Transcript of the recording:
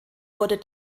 wurde